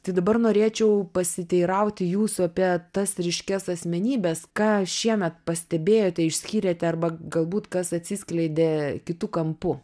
tai dabar norėčiau pasiteirauti jūsų apie tas ryškias asmenybes ką šiemet pastebėjote išskyrėte arba galbūt kas atsiskleidė kitu kampu